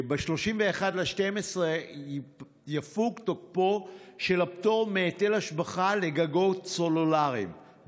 ב-31 בדצמבר יפוג תוקפו של הפטור מהיטל השבחה לגגות סלולריים,